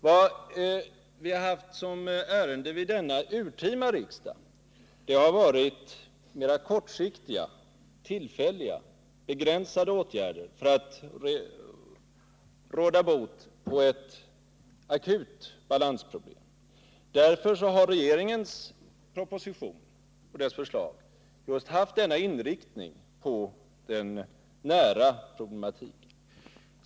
Vad vi föreslår vid denna urtima riksdag är mer kortsiktiga, tillfälliga och begränsade åtgärder för att råda bot på ett akut balansproblem. Regeringens proposition inriktar sig också på denna nära problematik.